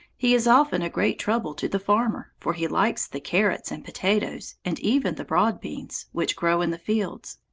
he is often a great trouble to the farmer, for he likes the carrots and potatoes and even the broad beans, which grow in the fields,